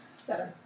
seven